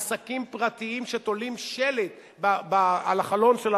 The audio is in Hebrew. עסקים פרטיים שתולים שלט על החלון של